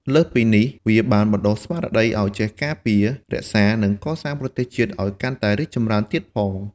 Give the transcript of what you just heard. លើសពីនេះ វាបានបណ្ដុះស្មារតីឲ្យចេះការពារ រក្សា និងកសាងប្រទេសជាតិឲ្យកាន់តែរីកចម្រើនទៀតផង។